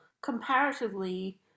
comparatively